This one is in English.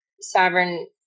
sovereign